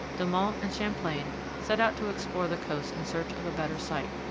de monts and champlain set out to explore the coasts in search of a better site.